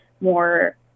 more